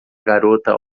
garota